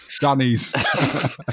danny's